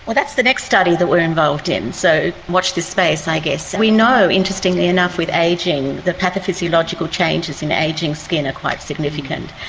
but that's the next study that we are involved in, so watch this space i guess. we know, interestingly enough, with ageing the pathophysiological changes in ageing skin are quite significant.